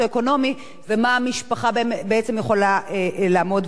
ובמה המשפחה בעצם יכולה לעמוד ובמה לא.